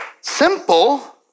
simple